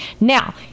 now